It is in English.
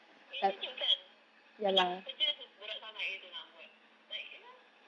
irritating kan macam kerja berat sangat gitu nak buat like you know